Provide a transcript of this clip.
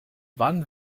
wann